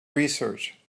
research